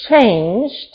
changed